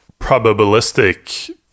probabilistic